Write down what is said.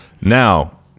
Now